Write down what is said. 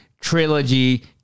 trilogy